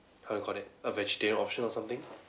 how do you call that a vegetarian option or something